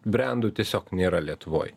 brendų tiesiog nėra lietuvoj